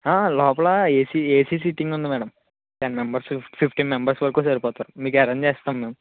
లోపల AC AC seating ఉంది madam ten members fifteen members వరకు సరిపోతారు మ్యాడమ్ మీకు అరెంజ్ చేస్తాం మ్యామ్